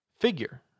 figure